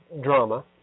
drama